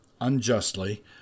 unjustly